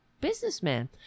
businessman